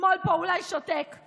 השמאל פה אולי שותק,